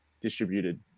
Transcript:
distributed